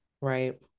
Right